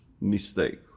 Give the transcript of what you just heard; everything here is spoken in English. mistake